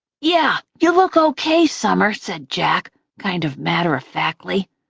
yeah, you look okay, summer, said jack, kind of matter-of-factly.